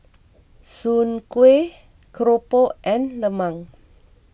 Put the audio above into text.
Soon Kuih Keropok and Lemang